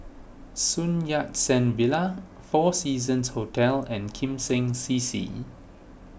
Sun Yat Sen Villa four Seasons Hotel and Kim Seng C C